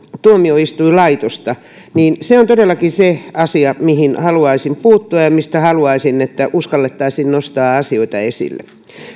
tuomioistuinlaitosta niin se on todellakin se asia mihin haluaisin puuttua ja mistä haluaisin että uskallettaisiin nostaa asioita esille